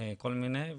כל מיני,